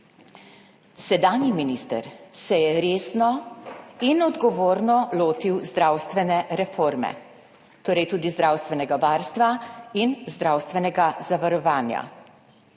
Sedanji minister se je resno in odgovorno lotil zdravstvene reforme, torej tudi zdravstvenega varstva in zdravstvenega zavarovanja.